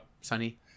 Sunny